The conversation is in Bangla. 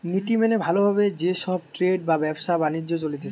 নীতি মেনে ভালো ভাবে যে সব ট্রেড বা ব্যবসা বাণিজ্য চলতিছে